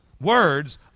Words